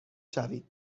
شوید